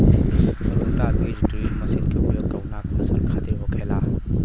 रोटा बिज drill machine के उपयोग कऊना फसल खातिर होखेला?